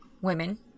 women